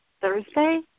Thursday